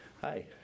hi